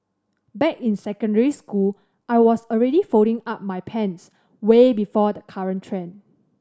back in secondary school I was already folding up my pants way before the current trend